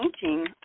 painting